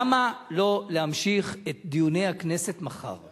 למה לא להמשיך את דיוני הכנסת מחר?